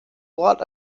lot